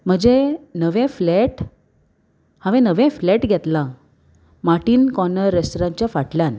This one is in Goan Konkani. म्हजें नवें फ्लॅट हांवें नवें फ्लॅट घेतलां माटीन कॉर्नर रेस्टोरंताच्या फाटल्यान